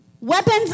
weapons